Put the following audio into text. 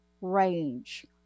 range